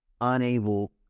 unable